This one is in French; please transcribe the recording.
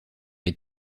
les